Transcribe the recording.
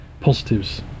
positives